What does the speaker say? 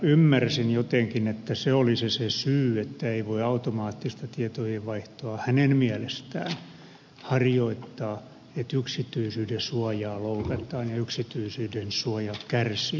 ymmärsin jotenkin että se oli se syy että ei voi automaattista tietojenvaihtoa hänen mielestään harjoittaa että yksityisyyden suojaa loukataan ja yksityisyyden suoja kärsii